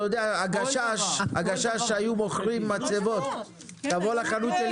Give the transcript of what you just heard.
הגשש החיוור היו מוכרים מצבות: "תבוא לחנות שלי,